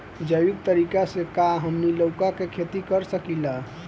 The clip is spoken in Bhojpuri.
जैविक तरीका से का हमनी लउका के खेती कर सकीला?